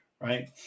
Right